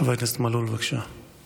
חבר הכנסת מלול, בבקשה.